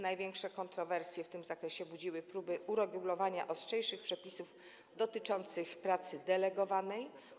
Największe kontrowersje w tym zakresie budziły próby uregulowania ostrzejszych przepisów dotyczących pracy delegowanej.